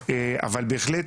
אבל בהחלט